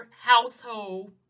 household